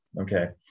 okay